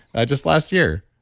just last year?